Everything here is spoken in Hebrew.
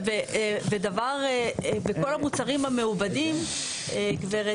וכל המוצרים המעובדים, גב',